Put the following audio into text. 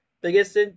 biggest